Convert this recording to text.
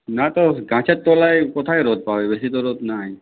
না তো গাছের তলায় কোথায় রোদ পাওয়া যাবে বেশি তো রোদ নাই